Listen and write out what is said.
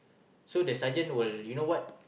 so the sergeant will you know what